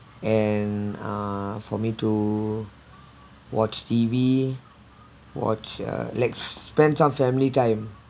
and ah for me to watch T_V watch uh like spend some family time